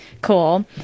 Cool